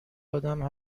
ادم